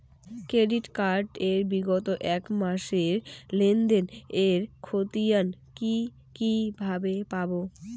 Credit card এর বিগত এক মাসের লেনদেন এর ক্ষতিয়ান কি কিভাবে পাব?